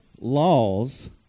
laws